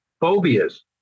phobias